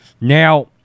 Now